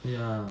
ya